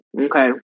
Okay